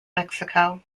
mexico